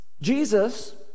Jesus